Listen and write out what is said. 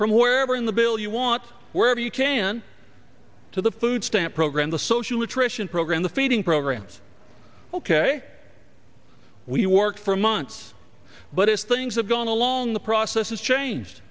from where we are in the bill you want wherever you can to the food stamp program the social attrition program the feeding programs ok we worked for months but if things have gone along the process has changed